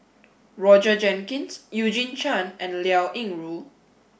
Roger Jenkins Eugene Chen and Liao Yingru